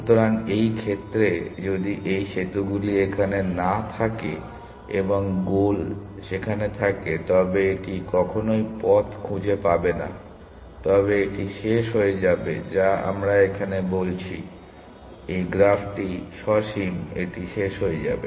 সুতরাং এই ক্ষেত্রে যদি এই সেতুগুলি এখানে না থাকে এবং গোল সেখানে থাকে তবে এটি কখনই পথ খুঁজে পাবে না তবে এটি শেষ হয়ে যাবে যা আমরা এখানে বলছি এই গ্রাফটি সসীম এটি শেষ হয়ে যাবে